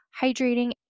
hydrating